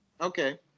Okay